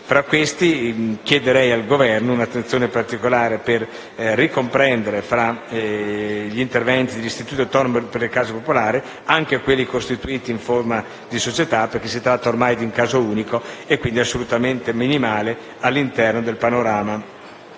Fra questi, chiederei al Governo di prestare un'attenzione particolare per ricomprendere tra gli istituti autonomi per le case popolari anche quelli costituiti in forma di società perché si tratta di un caso unico e assolutamente minimale all'interno del panorama